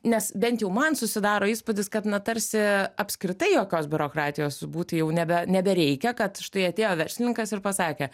nes bent jau man susidaro įspūdis kad na tarsi apskritai jokios biurokratijos būti jau nebe nebereikia kad štai atėjo verslininkas ir pasakė